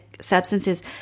substances